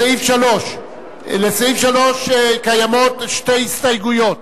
סעיף 3. לסעיף 3 יש שתי הסתייגויות,